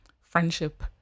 friendship